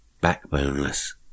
backboneless